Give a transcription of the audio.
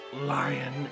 lion